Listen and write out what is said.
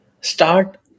Start